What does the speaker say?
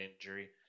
injury